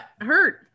hurt